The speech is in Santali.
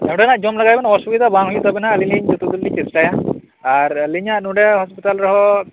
ᱱᱚᱸᱰᱮᱱᱟᱜ ᱡᱚᱢ ᱞᱮᱜᱟᱭ ᱵᱮᱱ ᱚᱥᱩᱵᱤᱫᱷᱟ ᱵᱟᱝ ᱦᱳᱭᱳᱜ ᱛᱟᱵᱤᱱᱟ ᱟᱞᱤᱧ ᱠᱩᱨᱩᱢᱩᱴᱩ ᱞᱤᱧ ᱪᱮᱥᱴᱟᱭᱟ ᱟᱨ ᱟᱹᱞᱤᱧᱟᱜ ᱱᱚᱸᱰᱮ ᱦᱚᱸᱥᱯᱤᱴᱟᱞ ᱨᱮᱦᱚᱸ ᱯᱨᱚᱯᱟᱨ ᱤᱭᱟᱹ